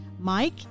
Mike